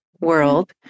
world